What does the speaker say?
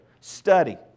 study